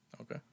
okay